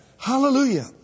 Hallelujah